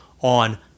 on